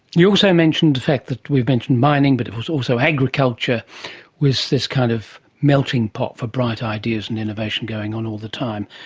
you also mentioned the fact that, we've mentioned mining but it was also agriculture was this kind of melting pot for bright ideas and innovation going on all the time.